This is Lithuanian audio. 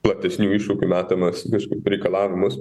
platesnių iššūkių metamas kažkaip reikalavimus